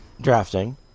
drafting